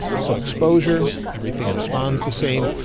so exposure, everything responds the same.